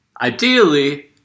Ideally